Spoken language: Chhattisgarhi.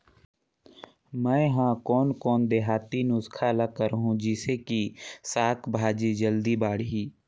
मै हर कोन कोन देहाती नुस्खा ल करहूं? जिसे कि साक भाजी जल्दी बाड़ही?